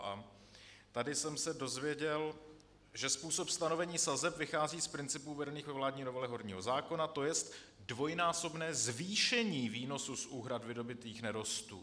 A tady jsem se dozvěděl, že způsob stanovení sazeb vychází z principů uvedených ve vládní novele horního zákona, tj. dvojnásobné zvýšení výnosu z úhrad vydobytých nerostů.